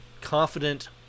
confident